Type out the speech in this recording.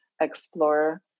explore